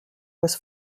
was